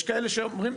יש כאלה שאומרים,